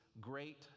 great